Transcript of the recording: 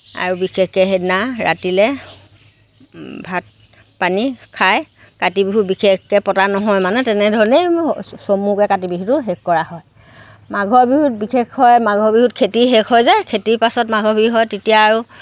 আৰু বিশেষকৈ সেইদিনা ৰাতিলৈ ভাত পানী খাই কাতি বিহু বিশেষকৈ পতা নহয় মানে তেনেধৰণেই চমুকৈ কাতি বিহুটো শেষ কৰা হয় মাঘৰ বিহুত বিশেষকৈ মাঘৰ বিহুত খেতি শেষ হয় যে খেতিৰ পাছত মাঘৰ বিহু হয় তেতিয়া আৰু